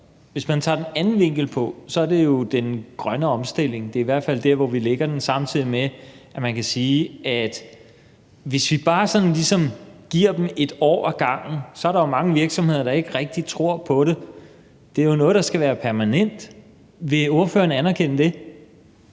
Hvis man ser det fra den anden vinkel, gælder det jo den grønne omstilling – det er i hvert fald der, hvor vi lægger det – samtidig med at man kan sige, at hvis vi bare sådan ligesom giver dem et år ad gangen, er der jo mange virksomheder, der ikke rigtig tror på det. Det er jo noget, der skal være permanent. Vil ordføreren anerkende det?